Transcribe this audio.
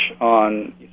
on